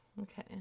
Okay